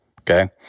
Okay